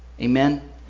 Amen